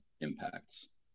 impacts